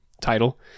title